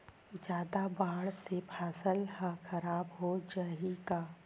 जादा बाढ़ से फसल ह खराब हो जाहि का?